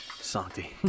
Santi